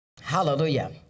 Hallelujah